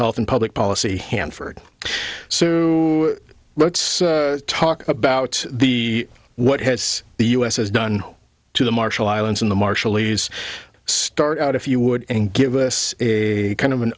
health and public policy hanford so let's talk about the what has the u s has done to the marshall islands in the marshallese start out if you would and give us a kind of an